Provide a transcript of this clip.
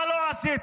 מה לא עשיתם?